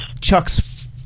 Chuck's